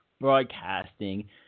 broadcasting